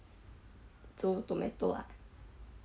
粥 tomato